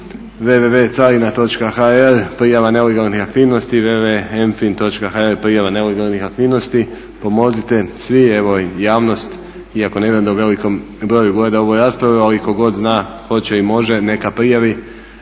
www.carina.hr prijava nelegalni aktivnosti www.mfin.hr prijava nelegalnih aktivnosti., pomozite svi, evo i javnost iako ne vjerujem da u velikom broju gleda ovu raspravu ali tko god zna, hoće i može neka prijavi